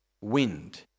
Wind